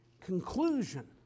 conclusion